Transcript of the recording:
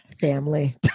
Family